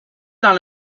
dans